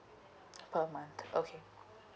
per month okay